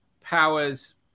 powers